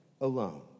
alone